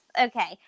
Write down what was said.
Okay